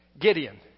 Gideon